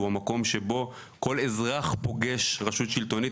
הוא המקום שבו כל אזרח פוגש רשות שלטונית.